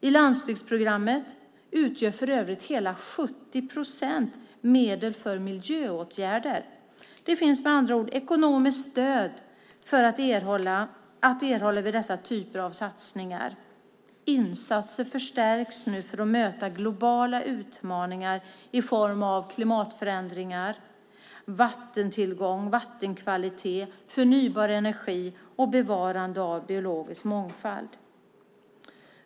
I landsbygdsprogrammet utgör för övrigt hela 70 procent medel för miljöåtgärder. Det finns med andra ord ekonomiskt stöd att erhålla vid dessa typer av satsningar. Insatser förstärks nu för att möta globala utmaningar i form av klimatförändringar, vattentillgång, vattenkvalitet, förnybar energi och bevarande av biologisk mångfald.